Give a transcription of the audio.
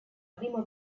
primo